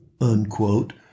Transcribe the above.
unquote